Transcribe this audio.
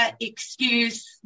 excuse